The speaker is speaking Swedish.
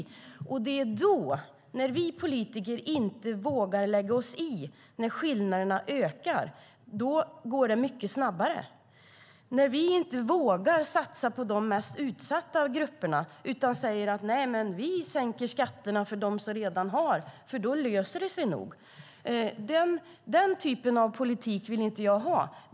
Men när skillnaderna ökar och vi politiker inte vågar lägga oss i, då går det mycket snabbare. När vi inte vågar satsa på de mest utsatta grupperna utan säger att vi sänker skatterna för dem som redan har, för då löser det sig nog - den typen av politik vill inte jag ha.